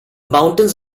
mountains